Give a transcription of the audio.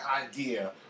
idea